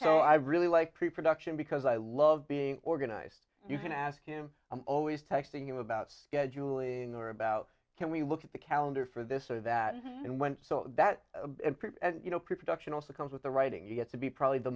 so i really like pre production because i love being organized you can ask him i'm always texting him about scheduling or about can we look at the calendar for this or that and when that you know production also comes with the writing you get to be probably the